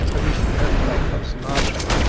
the recent earthquake off sumatra,